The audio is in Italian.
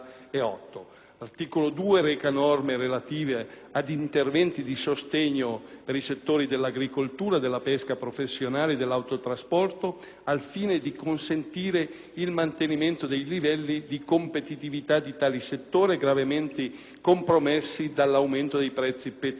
per i settori dell'agricoltura, della pesca professionale e dell'autotrasporto al fine di consentire il mantenimento dei livelli di competitività di tali settori gravemente compromessi dall'aumento dei prezzi petroliferi. L'articolo 3 è inerente ad interventi in materia di Protezione civile.